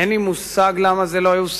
אין לי מושג למה זה לא יושם,